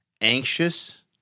Anxious